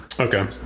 Okay